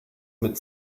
mit